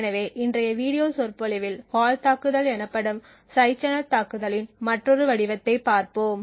எனவே இன்றைய வீடியோ சொற்பொழிவில் ஃபால்ட் தாக்குதல் எனப்படும் சைடு சேனல் தாக்குதலின் மற்றொரு வடிவத்தைப் பார்ப்போம்